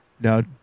No